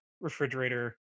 refrigerator